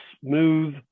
smooth